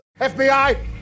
FBI